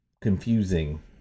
confusing